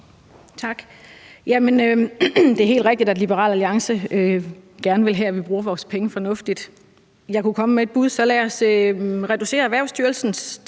Tak. Det er helt rigtigt, at Liberal Alliance gerne vil have, at vi bruger vores penge fornuftigt. Jeg kunne komme med et bud. Så lad os reducere Erhvervsstyrelsen